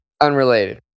unrelated